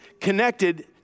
connected